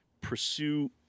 pursue